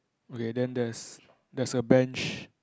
okay then there's there's a bench